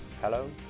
hello